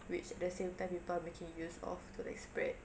which at the same time people are making use of to like spread